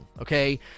Okay